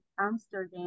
Amsterdam